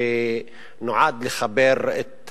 שנועד לחבר את